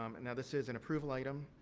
um and this is an approval item.